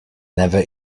never